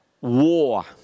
war